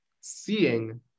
seeing